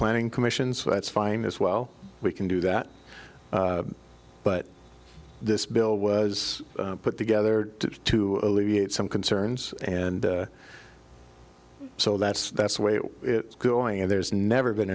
planning commission so that's fine as well we can do that but this bill was put together to alleviate some concerns and so that's that's the way it's going and there's never been